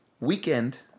weekend